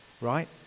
right